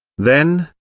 then,